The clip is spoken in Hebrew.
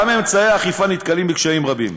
גם מאמצי האכיפה נתקלים בקשיים רבים.